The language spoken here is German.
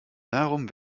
darum